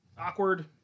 awkward